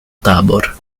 tabor